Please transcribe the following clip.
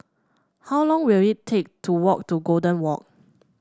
how long will it take to walk to Golden Walk